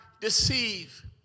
deceive